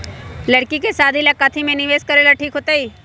लड़की के शादी ला काथी में निवेस करेला ठीक होतई?